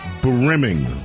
brimming